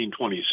1927